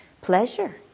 pleasure